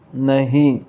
नहीं